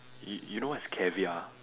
you you know what is caviar